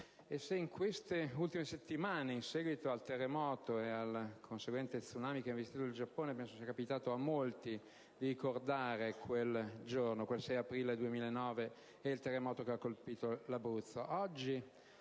in queste ultime settimane, in seguito al terremoto e al conseguente *tsunami* che ha distrutto il Giappone, penso sia capitato a molti di ricordare quel giorno e il terremoto ha colpito l'Abruzzo.